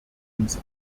uns